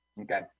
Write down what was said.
okay